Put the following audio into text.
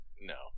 no